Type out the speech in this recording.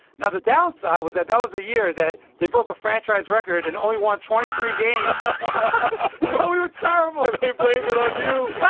now, the downside was that that was the year that they broke a franchise record and only won twenty three games so we were terrible they blamed it on you